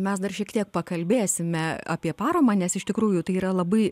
mes dar šiek tiek pakalbėsime apie paramą nes iš tikrųjų tai yra labai